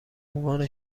عنوان